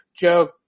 Joe